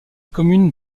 commune